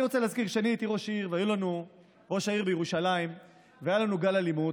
אני רוצה להזכיר שכשהייתי ראש העיר בירושלים והיה לנו גל אלימות,